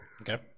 Okay